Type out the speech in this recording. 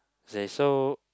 say so